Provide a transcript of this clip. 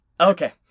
Okay